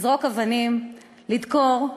לזרוק אבנים, לדקור.